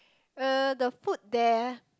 uh the food there